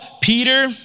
Peter